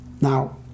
Now